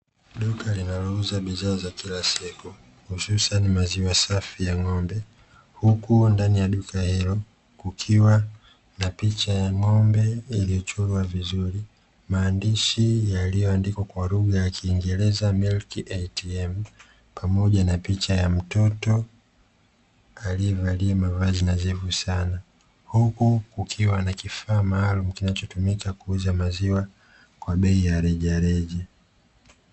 Duka linalouza bidhaa za kila siku, hususani maziwa safi ya ng'ombe. Huku ndani ya duka hilo kukiwa na picha ya ng'ombe iliyochorwa vizuri. Maandishi yaliyoandikwa kwa lugha ya kiingereza "MILK ATM" pamoja na picha ya mtoto aliyevalia mavazi nadhifu sana. Huku kukiwa na kifaa maalumu kinachotumika kuuza maziwa kwa bei ya rejareja.